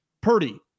Purdy